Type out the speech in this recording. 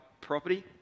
property